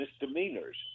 misdemeanors